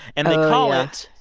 and they call it.